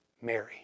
Mary